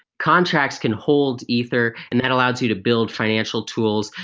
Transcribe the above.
contracts can hold ether and that allows you to build financial tools.